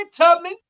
Tubman